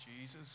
Jesus